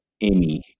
Amy